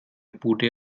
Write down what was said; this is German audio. bude